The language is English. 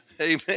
Amen